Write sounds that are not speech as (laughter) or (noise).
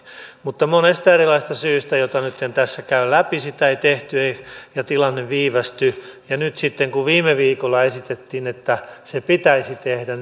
mutta monesta erilaisesta syystä joita nyt en tässä käy läpi sitä ei tehty ja tilanne viivästyi nyt sitten kun viime viikolla esitettiin että se pitäisi tehdä (unintelligible)